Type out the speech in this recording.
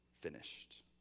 finished